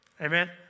Amen